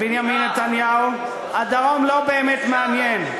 בנימין נתניהו, הדרום לא באמת מעניין.